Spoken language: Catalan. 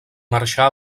marxà